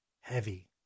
heavy